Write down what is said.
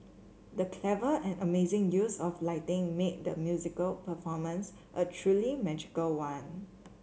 the clever and amazing use of lighting made the musical performance a truly magical one